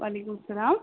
وعلیکُم سلام